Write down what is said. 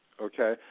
Okay